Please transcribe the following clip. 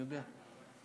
אני יודע.